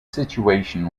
situation